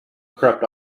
crept